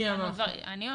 למה זה קרה, לא הבנתי.